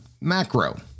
macro